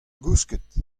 gousket